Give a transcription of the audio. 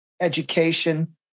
education